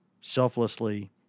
selflessly